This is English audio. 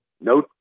No